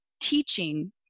teaching